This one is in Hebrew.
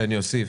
שאני אוסיף.